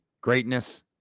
Greatness